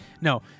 No